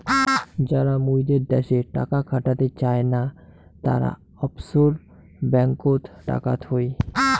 যারা মুইদের দ্যাশে টাকা খাটাতে চায় না, তারা অফশোর ব্যাঙ্ককোত টাকা থুই